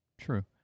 True